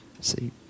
See